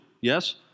yes